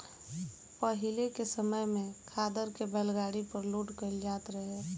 पाहिले के समय में खादर के बैलगाड़ी पर लोड कईल जात रहे